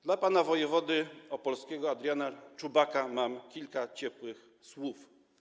Dla pana wojewody opolskiego Adriana Czubaka mam kilka ciepłych słów.